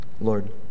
Lord